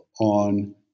on